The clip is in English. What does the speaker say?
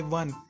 one